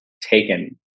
taken